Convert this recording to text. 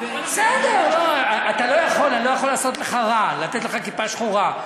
אני לא יכול לעשות לך רע, לתת לך כיפה שחורה.